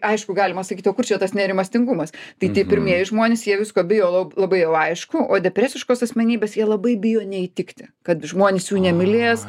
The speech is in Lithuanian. aišku galima sakyti kur čia tas nerimastingumas tai tie pirmieji žmonės jie visko bijo labai jau aišku o depresiškos asmenybės jie labai bijo neįtikti kad žmonės jų nemylės